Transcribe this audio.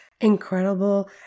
incredible